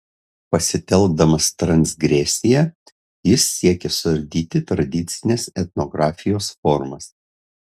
pasitelkdamas transgresiją jis siekia suardyti tradicinės etnografijos formas